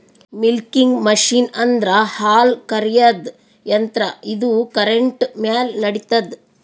milking machine ಅಂದ್ರ ಹಾಲ್ ಕರ್ಯಾದ್ ಯಂತ್ರ ಇದು ಕರೆಂಟ್ ಮ್ಯಾಲ್ ನಡಿತದ್